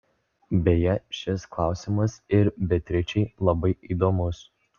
beje šis klausimas ir beatričei labai įdomus